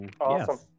Awesome